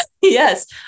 Yes